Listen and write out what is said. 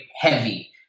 heavy